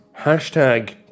hashtag